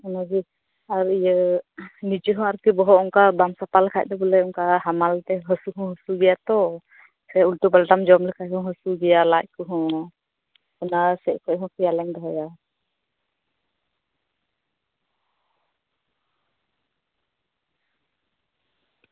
ᱚᱱᱟᱜᱮ ᱱᱤᱡᱮ ᱦᱚᱸ ᱵᱚᱦᱚᱜ ᱟᱨᱠᱤ ᱵᱟᱢ ᱥᱟᱯᱷᱟ ᱞᱮᱠᱷᱟᱱ ᱫᱚ ᱵᱚᱞᱮ ᱦᱟᱢᱟᱞᱛᱮ ᱦᱟᱹᱥᱩ ᱦᱚᱸ ᱦᱟᱹᱥᱩ ᱜᱮᱭᱟ ᱛᱚ ᱥᱮ ᱩᱞᱴᱟᱹᱼᱯᱟᱞᱴᱟᱢ ᱡᱚᱢ ᱞᱮᱠᱷᱟᱱ ᱦᱟᱹᱥᱩ ᱜᱮᱭᱟ ᱞᱟᱡ ᱠᱚᱦᱚᱸ ᱞᱟᱦᱟ ᱥᱮᱡ ᱠᱷᱚᱱ ᱦᱚᱸ ᱠᱷᱮᱭᱟᱞᱮᱢ ᱫᱚᱦᱚᱭᱟ